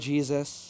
Jesus